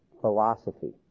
Philosophy